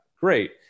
great